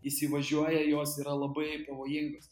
įsivažiuoja jos yra labai pavojingos